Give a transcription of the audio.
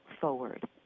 forward